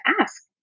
ask